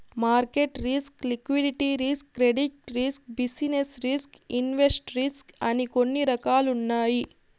market risk liquidity risk credit risk business risk invest risk అని కొన్ని రకాలున్నాయి